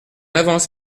avance